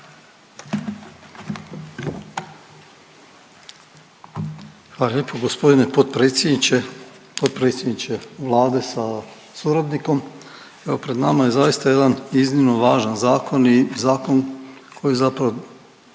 Hvala lijepo. Gospodine potpredsjedniče, potpredsjedniče Vlade sa suradnikom. Evo pred nama je zaista jedan iznimno važan zakon i zakon koji zapravo